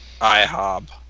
IHOB